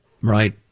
Right